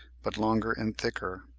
but longer and thicker.